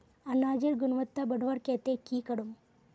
अनाजेर गुणवत्ता बढ़वार केते की करूम?